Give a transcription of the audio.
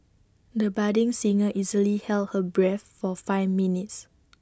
the budding singer easily held her breath for five minutes